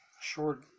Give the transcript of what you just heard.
short